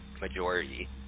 majority